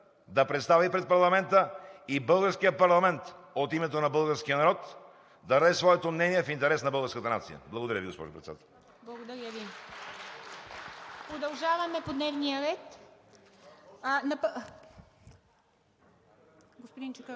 да представи пред парламента и българският парламент от името на българския народ да даде своето мнение в интерес на българската нация. Благодаря Ви, госпожо Председател.